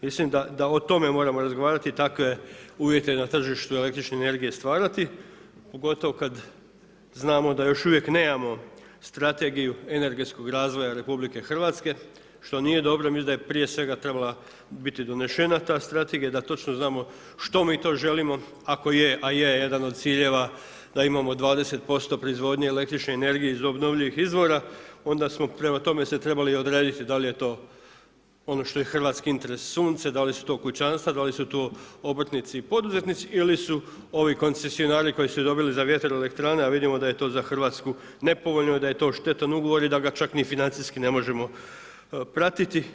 Mislim da o tome moramo razgovarati i takve uvjete na tržištu električne energije stvarati pogotovo kada znamo da još uvijek nemamo strategiju energetskog razvoja RH, što nije dobro i mislim da je prije svega trebala biti donesena ta strategija, da točno znamo što mi to želimo, ako je a je jedan od ciljeva da imamo 20% proizvodnje električne energije iz obnovljivih izvora, onda smo prema tome se trebali odrediti da li je to ono što je hrvatski interes sunce, da li su to kućanstva, da li su to obrtnici i poduzetnici ili su ovi koncesionari koji su ih dobili za vjetaroelektrane a vidimo da je to za Hrvatsku nepovoljno i da je to štetan ugovor i da ga čak ni financijski ne možemo pratiti.